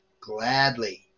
gladly